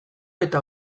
eta